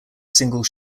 single